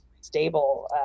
stable